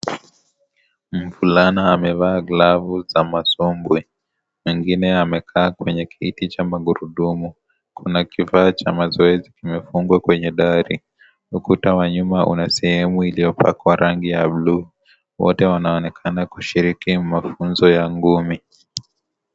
Mvulana amevaa glavu za masombwe mwengine amekaa kwenye kiti cha magurudumu kuna kifaa cha mazoezi kimefungwa kwenye dari ukuta wa nyuma una sehemu iliyopakwa rangi ya bluu wote wanaonekana kushiriki katika mafunzo ya ngumi.